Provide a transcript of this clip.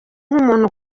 nk’umuntu